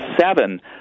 seven